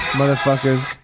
motherfuckers